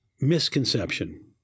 misconception